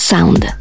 Sound